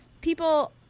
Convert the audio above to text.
people